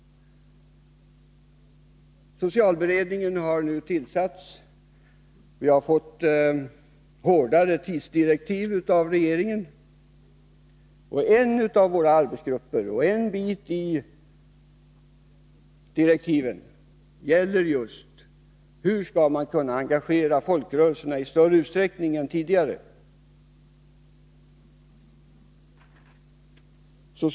Socialberedningen har nu tillsatts. Vi har fått hårdare tidsdirektiv av regeringen. En av våra arbetsgrupper och en del av direktiven har samband med denna fråga. Hur skall man kunna engagera folkrörelserna i större utsträckning än tidigare?